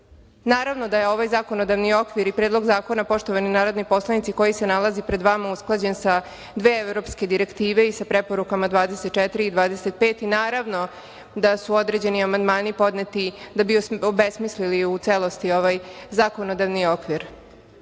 Srbije? Naravno da je ovaj zakonodavni okvir i Predlog zakona, poštovani narodni poslanici, koji se nalazi pred vama, usklađen sa dve evropske direktive i sa preporukama 24. i 25. Naravno, da su određeni amandmani podneti da bi obesmislili u celosti ovaj zakonodavni okvir,